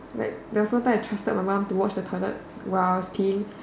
like there was one time I trusted my mom to watch the toilet while I was peeing